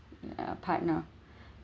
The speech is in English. ya partner